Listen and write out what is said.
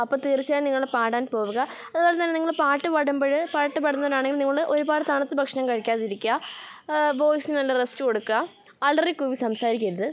അപ്പം തീർച്ചയായും നിങ്ങൾ പാടാൻ പോകുക അതുപോലെ തന്നെ നിങ്ങൾ പാട്ടു പാടുമ്പോൾ പാട്ട് പാടുന്നതിനാണെങ്കിൽ നിങ്ങൾ ഒരുപാട് തണുത്ത ഭക്ഷണം കഴിക്കാതിരിക്കാൻ വോയ്സിനു നല്ല റസ്റ്റ് കൊടുക്കുക അലറി കൂവി സംസാരിക്കരുത്